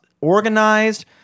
organized